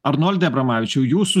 arnoldai abramavičiau jūsų